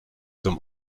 dem